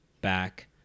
back